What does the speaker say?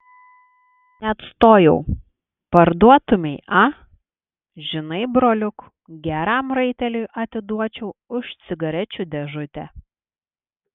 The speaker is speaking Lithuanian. neatstojau parduotumei a žinai broliuk geram raiteliui atiduočiau už cigarečių dėžutę